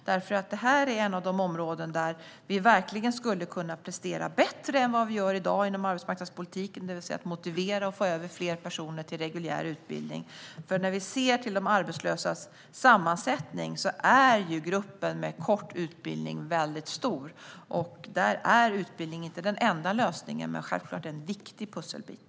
Detta är ett av de områden där vi verkligen skulle kunna prestera bättre än vad vi gör i dag inom arbetsmarknadspolitiken, det vill säga att motivera och få över fler personer till reguljär utbildning. När vi ser till de arbetslösas sammansättning är gruppen med kort utbildning väldigt stor. Där är utbildning inte den enda lösningen men självklart en viktig pusselbit.